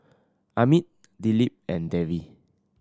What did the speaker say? Amit Dilip and Devi